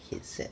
headset